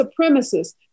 supremacists